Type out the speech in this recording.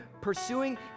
pursuing